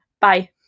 bye